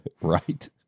Right